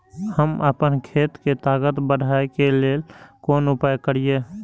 हम आपन खेत के ताकत बढ़ाय के लेल कोन उपाय करिए?